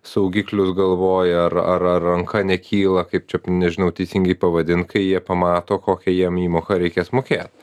saugiklius galvoj ar ar ranka nekyla kaip čia nežinau teisingai pavadint kai jie pamato kokią jam įmoką reikės mokėt